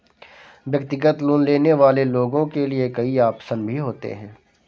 व्यक्तिगत लोन लेने वाले लोगों के लिये कई आप्शन भी होते हैं